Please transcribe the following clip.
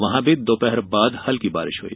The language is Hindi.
वहां भी दोपहर बाद हल्की बारिश हुई